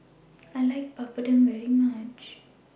I like Papadum very much